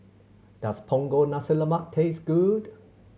does Punggol Nasi Lemak taste good